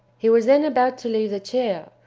he was then about to leave the chair,